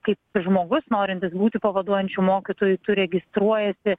kaip žmogus norintis būti pavaduojančiu mokytoju registruojasi